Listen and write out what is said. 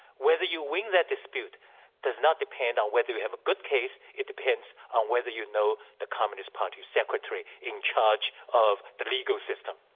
whether you win that dispute does not depend on whether you have a good case, it depends on whether you know the communist party secretary in charge of the legal system.